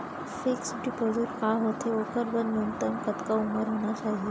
Fix deposit का होथे ओखर बर न्यूनतम कतका उमर होना चाहि?